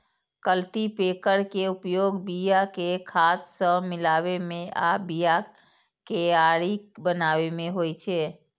cultipacker के उपयोग बिया कें खाद सं मिलाबै मे आ बियाक कियारी बनाबै मे होइ छै